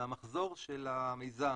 מהמחזור של המיזם.